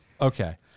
Okay